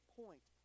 point